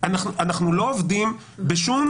אני אומר לך,